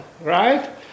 right